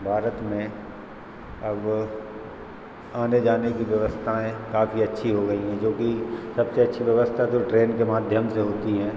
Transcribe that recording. भारत में अब आने जाने कि व्यवस्थाएं काफ़ी अच्छी हो गई हैं जोकि सबसे अच्छी व्यवस्था तो ट्रेन के माध्ययम से होती हैं